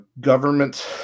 government